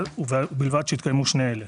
ובלבד שהתקיימו שני אלה: